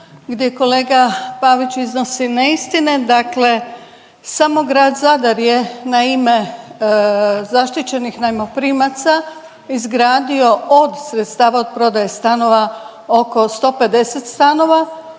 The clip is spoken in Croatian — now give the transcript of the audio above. gdje kolega Pavić iznosi neistine, dakle samo grad Zadar je na ime zaštićenih najmoprimaca izgradio od sredstava od prodaje stanova oko 150 stanova